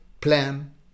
plan